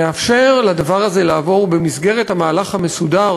נאפשר לדבר הזה לעבור במסגרת המהלך המסודר